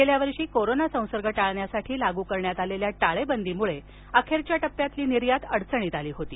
गेल्या वर्षी कोरोना संसर्ग टाळण्यासाठी लागू करण्यात आलेल्या टाळेबंदीमुळे अखेरच्या टप्प्यात निर्यात अडचणीत आली होती